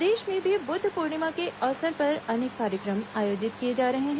प्रदेश में भी बुद्ध पूर्णिमा के अवसर पर अनेक कार्यक्रम आयोजित किए जा रहे हैं